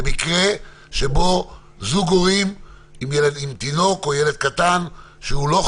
למשל במקרה שבו יש זוג הורים עם תינוק או ילד קטן שהוא לא חולה?